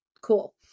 Cool